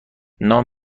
نام